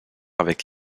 avec